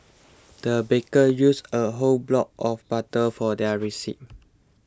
the baker used a whole block of butter for their